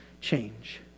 change